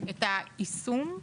את היישום,